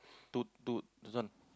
to to this one